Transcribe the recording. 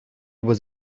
was